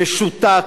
משותק,